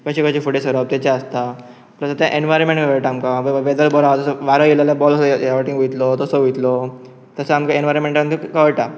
कशे कशे फुडें सरप तेचे आसता प्लस ते एनवायरमेंट कळटा आमकां वेदर बरो आसा तसो वारो येय जाल्या बॉल वाटेन वयतलो तसो वयतलो तसो आमकां एनवायरॉमेंटान कळटा